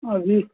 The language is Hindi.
अभी एक